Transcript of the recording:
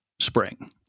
spring